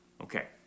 Okay